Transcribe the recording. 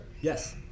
Yes